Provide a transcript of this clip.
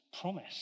promise